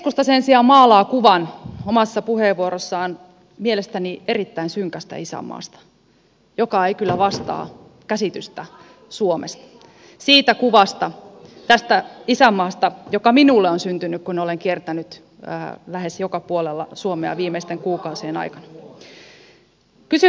keskusta sen sijaan omassa puheenvuorossaan maalaa kuvan mielestäni erittäin synkästä isänmaasta joka ei kyllä vastaa käsitystä suomesta sitä kuvaa tästä isänmaasta joka minulle on syntynyt kun olen kiertänyt lähes joka puolella suomea viimeisten kuukausien aikana